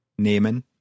Nehmen